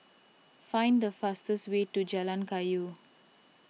find the fastest way to Jalan Kayu